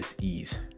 ease